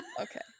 okay